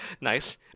Nice